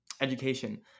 education